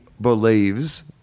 believes